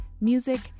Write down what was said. music